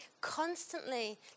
constantly